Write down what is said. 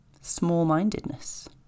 small-mindedness